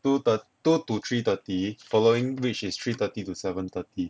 two third two to three thirty following which is three thirty to seven thirty